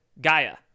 Gaia